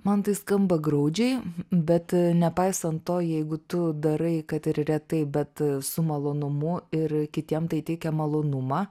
man tai skamba graudžiai bet nepaisant to jeigu tu darai kad ir retai bet su malonumu ir kitiem tai teikia malonumą